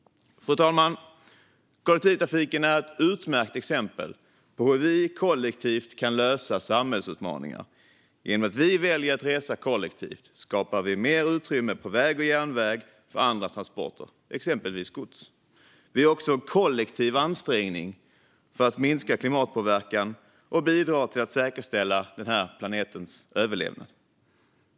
Fru talman! Kollektivtrafiken är ett utmärkt exempel på hur man kollektivt kan lösa samhällsutmaningar. När man reser kollektivt skapas mer utrymme på väg och järnväg för andra transporter, exempelvis gods. Man gör också en kollektiv ansträngning för att minska klimatpåverkan och bidrar till att säkerställa den här planetens överlevnad.